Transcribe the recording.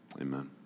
Amen